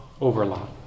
overlap